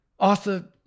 Arthur